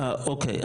אוקיי.